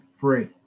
free